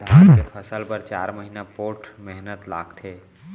धान के फसल बर चार महिना पोट्ठ मेहनत लागथे